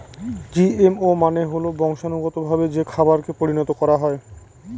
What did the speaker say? GMO মানে হল বংশানুগতভাবে যে খাবারকে পরিণত করা হয়